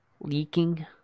Leaking